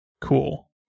Cool